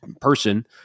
person